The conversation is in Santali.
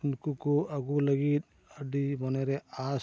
ᱩᱱᱠᱩ ᱠᱚ ᱟᱹᱜᱩ ᱞᱟᱹᱜᱤᱫ ᱟᱹᱰᱤ ᱢᱚᱱᱮ ᱨᱮ ᱟᱸᱥ